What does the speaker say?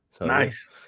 Nice